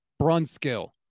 Brunskill